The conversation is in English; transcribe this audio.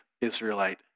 Israelite